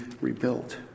rebuilt